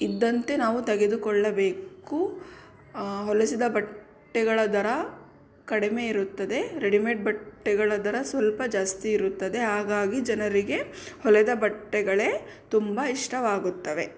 ಇದ್ದಂತೆ ನಾವು ತೆಗೆದುಕೊಳ್ಳಬೇಕು ಹೊಲೆಸಿದ ಬಟ್ಟೆಗಳ ದರ ಕಡಿಮೆಯಿರುತ್ತದೆ ರೆಡಿಮೇಡ್ ಬಟ್ಟೆಗಳ ದರ ಸ್ವಲ್ಪ ಜಾಸ್ತಿ ಇರುತ್ತದೆ ಹಾಗಾಗಿ ಜನರಿಗೆ ಹೊಲೆದ ಬಟ್ಟೆಗಳೇ ತುಂಬ ಇಷ್ಟವಾಗುತ್ತವೆ